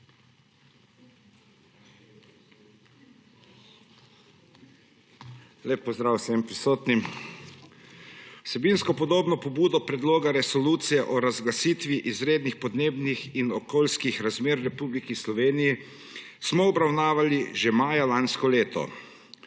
Lep pozdrav vsem prisotnim! Vsebinsko podobno pobudo Predloga resolucije o razglasitvi izrednih podnebnih in okoljskih razmer v Republiki Sloveniji smo obravnavali že maja lansko leto.